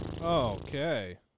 Okay